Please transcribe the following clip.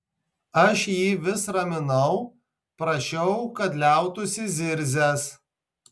aš jį vis raminau prašiau kad liautųsi zirzęs